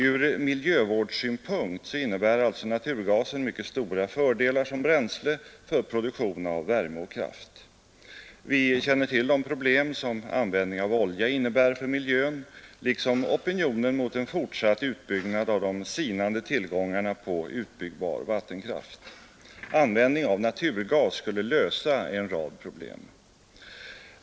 Ur miljövårdssynpunkt innebär alltså naturgasen mycket stora fördelar som bränsle för produktion av värme och kraft. Vi känner till de problem som användning av olja innebär för miljön, liksom opinionen mot en fortsatt utbyggnad av de sinande tillgångarna på utbyggbar vattenkraft. Användning av naturgas skulle lösa en rad problem.